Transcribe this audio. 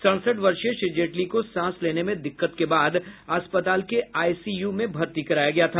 सड़सठ वर्षीय श्री जेटली को सांस लेने में दिक्कत के बाद अस्पताल के आई सी यू में भर्ती कराया गया था